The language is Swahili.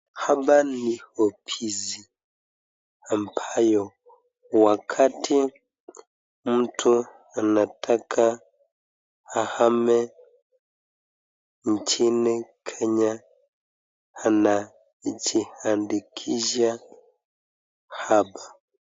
Hapa ni ofisi ambayo wakati mtu anataka ahame nchini Kenya anajiandikisha hapa.